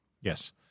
Yes